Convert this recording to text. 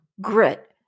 Grit